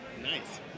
Nice